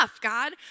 God